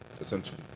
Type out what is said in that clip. essentially